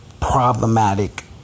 problematic